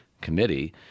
committee